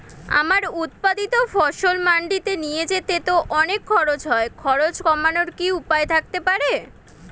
আমার উৎপাদিত ফসল মান্ডিতে নিয়ে যেতে তো অনেক খরচ হয় খরচ কমানোর কি উপায় থাকতে পারে?